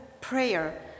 prayer